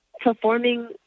performing